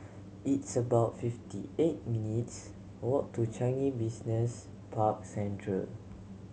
it's about fifty eight minutes' walk to Changi Business Park Central